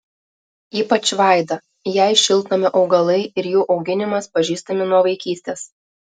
ypač vaida jai šiltnamio augalai ir jų auginimas pažįstami nuo vaikystės